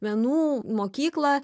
menų mokyklą